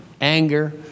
anger